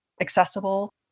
accessible